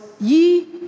ye